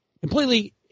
completely